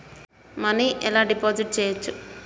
Money ఎలా deposit చేయచ్చు?